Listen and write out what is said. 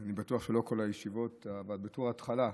אני בטוח שלא כל הישיבות, זו בתור התחלה,